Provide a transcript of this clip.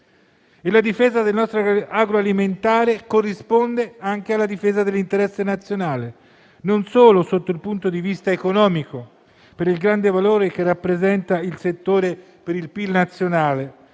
La difesa del nostro agroalimentare corrisponde infatti anche alla difesa dell'interesse nazionale, non solo sotto il punto di vista economico, per il grande valore che rappresenta il settore per il PIL nazionale,